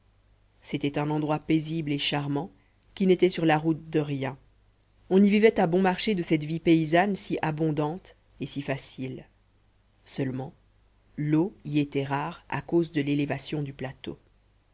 c'était un endroit paisible et charmant qui n'était sur la route de rien on y vivait à bon marché de cette vie paysanne si abondante et si facile seulement l'eau y était rare à cause de l'élévation du plateau